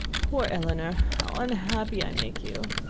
poor elinor! how unhappy i make you!